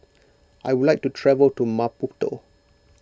I would like to travel to Maputo